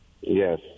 Yes